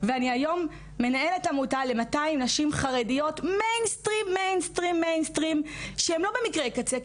ואני היום מנהלת עמותה ל-200 נשים חרדיות מיין סטרים שהן לא במקרי קצה,